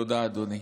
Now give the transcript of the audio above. תודה, אדוני.